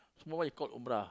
small one called umrah